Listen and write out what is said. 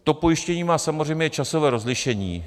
To pojištění má samozřejmě časové rozlišení.